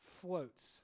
floats